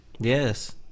Yes